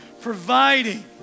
providing